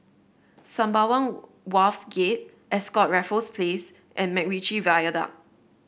Sembawang Wharves Gate Ascott Raffles Place and MacRitchie Viaduct